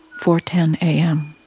four ten am.